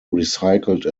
recycled